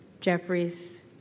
Jeffries